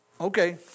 Okay